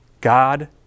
God